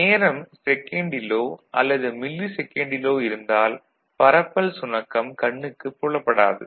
நேரம் செகண்டிலோ அல்லது மில்லிசெகண்டிலோ இருந்தால் பரப்பல் சுணக்கம் கண்ணுக்குப் புலப்படாது